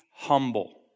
Humble